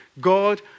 God